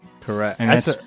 Correct